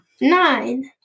nine